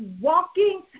walking